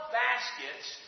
baskets